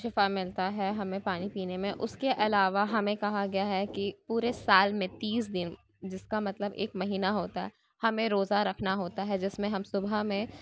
شفاء ملتا ہے ہمیں پانی پینے میں اس کے علاوہ ہمیں کہا گیا ہے کہ پورے سال میں تیس دن جس کا مطلب ایک مہینہ ہوتا ہے ہمیں روزہ رکھنا ہوتا ہے جس میں ہم صبح میں